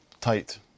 tight